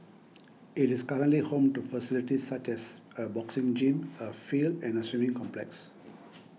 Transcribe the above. it is currently home to facilities such as a boxing gym a field and a swimming complex